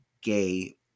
gay